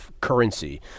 currency